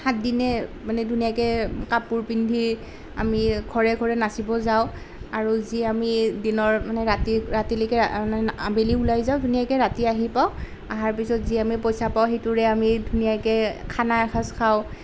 সাতদিনে মানে ধুনীয়াকৈ কাপোৰ পিন্ধি আমি ঘৰে ঘৰে নাচিব যাওঁ আৰু যি আমি দিনৰ মানে ৰাতি ৰাতিলৈকে মানে আবেলি ওলাই যাওঁ ধুনীয়াকৈ ৰাতি আহি পাওঁ অহাৰ পাছত যি আমি পইচা পাওঁ সেইটোৰে আমি ধুনীয়াকৈ খানা এসাঁজ খাওঁ